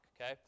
okay